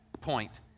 point